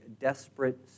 desperate